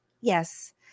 yes